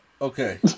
Okay